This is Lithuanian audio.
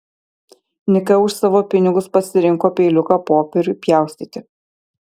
nika už savo pinigus pasirinko peiliuką popieriui pjaustyti